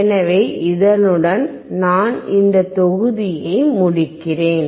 எனவே இதனுடன் நான் இந்த தொகுதியை முடிக்கிறேன்